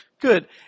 Good